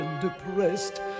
depressed